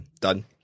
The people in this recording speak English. done